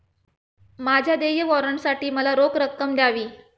माझ्या देय वॉरंटसाठी मला रोख रक्कम द्यावी